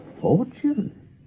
fortune